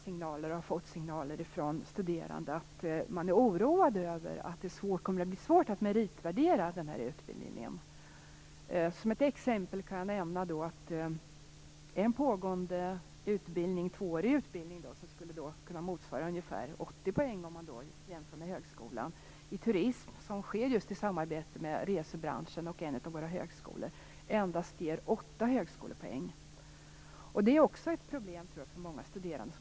Jag får signaler från studerande om att man är oroad över att det kommer att bli svårt att meritvärdera den här utbildningen. Tag exemplet med en pågående tvåårig utbildning i turism, som ges i samarbete mellan resebranschen och en av våra högskolor. Den utbildningen skulle kunna motsvara ungefär 80 poäng jämfört med högskolan, men den ger endast 8 högskolepoäng. Det är ett problem för många studerande.